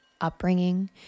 upbringing